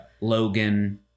Logan